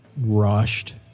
rushed